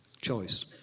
choice